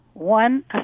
One